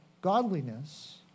godliness